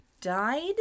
died